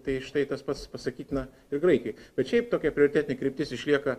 tai štai tas pats pasakytina ir graikijai bet šiaip tokia prioritetinė kryptis išlieka